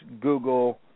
Google